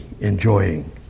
enjoying